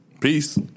Peace